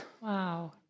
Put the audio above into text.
Wow